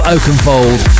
Oakenfold